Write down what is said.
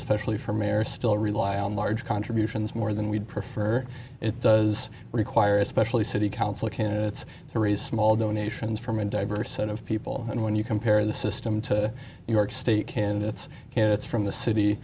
especially for mayor still rely on large contributions more than we'd prefer it does require especially city council candidates to raise small donations from a diverse set of people and when you compare the system to new york state candidates candidates from the city